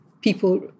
people